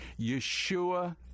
Yeshua